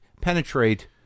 penetrate